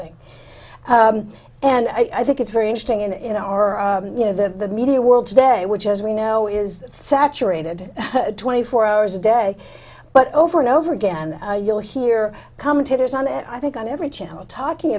thing and i think it's very interesting in in our you know the media world today which as we know is saturated twenty four hours a day but over and over again you'll hear commentators on it i think on every channel talking